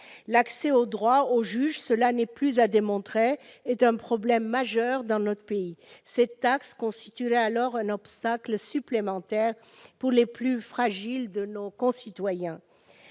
L'accès au droit, au juge, cela n'est plus à démontrer, est un problème majeur dans notre pays. Cette taxe constituerait un obstacle supplémentaire pour les plus fragiles de nos concitoyens.